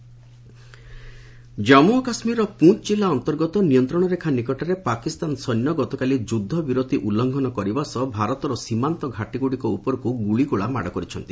JK situation Jammu ଓ କାଶ୍ମୀରର ପୁଞ୍ କିଲ୍ଲା ଅନ୍ତର୍ଗତ ନିୟନ୍ତ୍ରଣରେଖା ନିକଟରେ ପାକିସ୍ତାନ ସୈନ୍ୟ ଗତକାଲି ଯୁଦ୍ଧ ବିରତି ଉଲ୍ଲୁଘନ କରିବା ସହ ଭାରତର ସୀମାନ୍ତ ଘାଟିଗୁଡ଼ିକ ଉପରକୁ ଗୁଳିଗୋଳା ମାଡ଼ କରିଛନ୍ତି